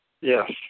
Yes